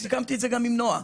וסיכמתי את זה גם עם נעה.